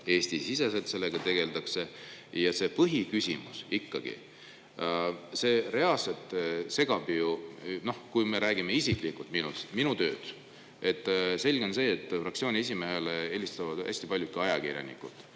Eesti-siseselt sellega tegeldakse? Ja see põhiküsimus: see reaalselt segab ju, kui me räägime isiklikult minust, minu tööd. Selge on see, et fraktsiooni esimehele helistavad hästi palju ka ajakirjanikud,